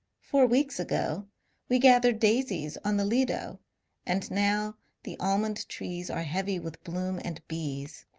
four weeks ago we gathered daisies on the lido and now the almond-trees are heavy with bloom and bees.